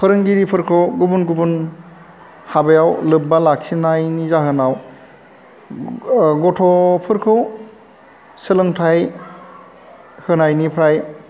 फोरोंगिरिफोरखौ गुबुन गुबुन हाबायाव लोब्बा लाखिनायनि जाहोनाव गथ'फोरखौ सोलोंथाइ होनायनिफ्राय